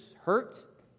hurt